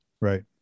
right